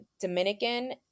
Dominican